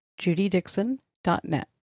judydixon.net